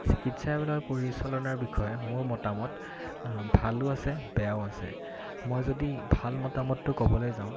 চিকিৎসাবিলাকৰ পৰিচালনাৰ বিষয়ে মোৰ মতামত ভালো আছে বেয়াও আছে মই যদি ভাল মতামতটো ক'বলৈ যাওঁ